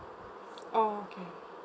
orh okay